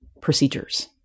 procedures